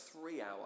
three-hour